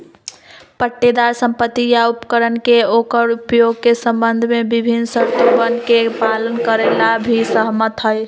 पट्टेदार संपत्ति या उपकरण के ओकर उपयोग के संबंध में विभिन्न शर्तोवन के पालन करे ला भी सहमत हई